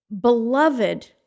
beloved